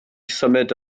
symud